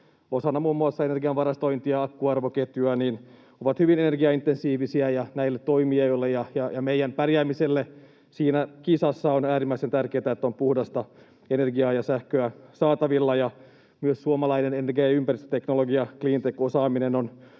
osana muun muassa energian varastointia, akkuarvoketjua, ovat hyvin energiaintensiivisiä, ja näille toimijoille ja meidän pärjäämiselle siinä kisassa on äärimmäisen tärkeätä, että on puhdasta energiaa ja sähköä saatavilla. Myös suomalainen energia- ja ympäristöteknologia, clean-tech-osaaminen,